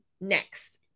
next